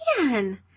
man